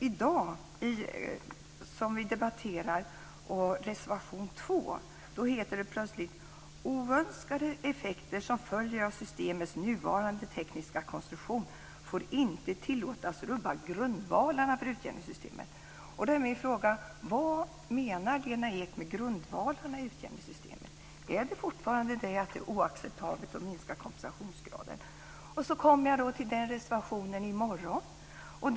I dag debatterar vi kring reservation 2 och där heter det plötsligt: Oönskade effekter som följer av systemets nuvarande tekniska konstruktion får inte tillåtas rubba grundvalarna för utjämningssystemet. Vad menar Lena Ek med "grundvalarna i utjämningssystemet"? Är det fortfarande oacceptabelt att minska kompensationsgraden? Sedan tänker jag på morgondagen och på den reservationen.